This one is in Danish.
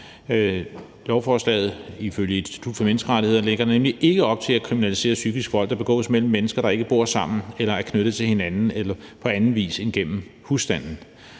nemlig ifølge Institut for Menneskerettigheder ikke op til at kriminalisere psykisk vold, der begås mellem mennesker, der ikke bor sammen eller er knyttet til hinanden på anden vis end gennem husstanden.